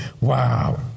Wow